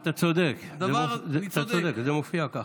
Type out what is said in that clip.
אתה צודק, זה מופיע ככה.